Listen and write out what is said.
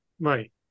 Right